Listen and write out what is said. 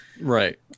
Right